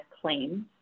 claims